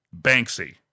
Banksy